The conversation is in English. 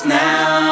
now